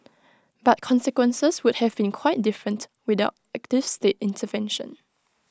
but consequences would have been quite different without active state intervention